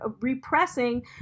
repressing